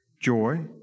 Joy